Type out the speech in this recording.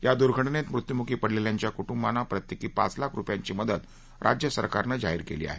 या दुर्घटनेत मृत्यूमुखी पडलेल्यांच्या कुटूंबाना प्रत्येकी पाच लाख रुपयांची मदत राज्यसरकारनं जाहीर केली आहे